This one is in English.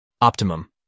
Optimum